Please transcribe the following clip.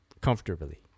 comfortably